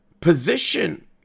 position